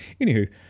Anywho